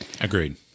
Agreed